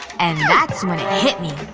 and that's when it hit me.